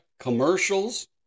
Commercials